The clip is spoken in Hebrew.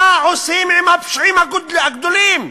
מה עושים עם הפושעים הגדולים?